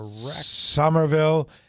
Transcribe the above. Somerville